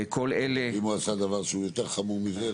אם הוא עשה דבר שהוא יותר חמור מזה,